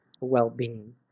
well-being